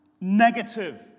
negative